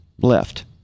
left